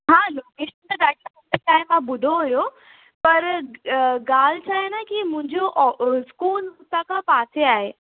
हा लोकेशन त ॾाढी मुबेत आहे मां ॿुधो हुयो पर ॻाल्हि छा आहे न की मुंहिंजो इस्कूल हुता खां पासे आहे